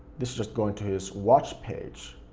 this is just going to his watch page.